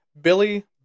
Billy